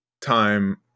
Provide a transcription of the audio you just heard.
time